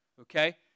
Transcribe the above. okay